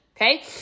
okay